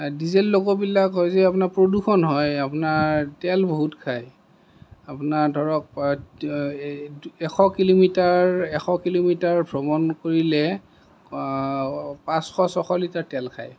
diesel লক'বিলাক হৈছে আপোনাৰ প্ৰদূষণ হয় আপোনাৰ তেল বহুত খায় আপোনাৰ ধৰক এশ কিলোমিটাৰ এশ কিলোমিটাৰ ভ্ৰমণ কৰিলে পাঁচশ ছশ লিটাৰ তেল খায়